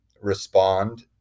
respond